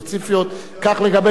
כך לגבי שר המשפטים.